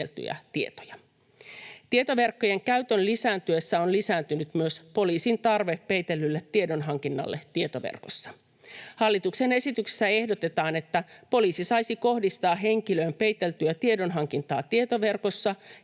Tietoverkkojen käytön lisääntyessä on lisääntynyt myös poliisin tarve peitellylle tiedonhankinnalle tietoverkossa. Hallituksen esityksessä ehdotetaan, että poliisi saisi kohdistaa henkilöön peiteltyä tiedonhankintaa tietoverkossa,